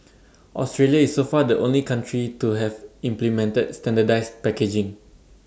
Australia is so far the only country to have implemented standardised packaging